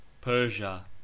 Persia